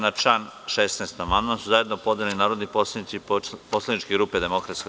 Na član 16. amandman su zajedno podneli narodni poslanici poslaničke grupe DS.